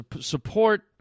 Support